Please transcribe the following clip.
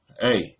Hey